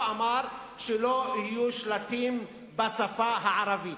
הוא אמר שלא יהיו שלטים בשפה הערבית,